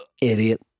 Idiot